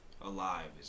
Alive